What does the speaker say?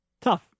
tough